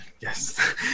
yes